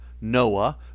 Noah